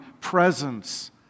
presence